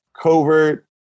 Covert